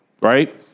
right